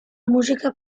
música